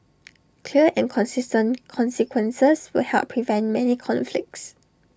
clear and consistent consequences will help prevent many conflicts